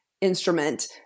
instrument